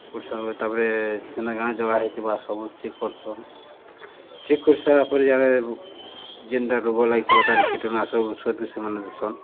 ତା'ପରେ ସେନ ଘାସ୍ ଜଗାହେଇଥିବା ସବୁ ଚେକ୍ କର୍ସନ୍ ଚେକ୍ କରିସାର୍ଲା ପରେ ଇଆଡେ ଯେନ୍ଟା ରୋଗ୍ ଲାଗିଥିବ ତାର୍ କୀଟନାଶକ ଓଷୋ ବି ସେମାନେ ଦେସନ୍